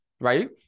right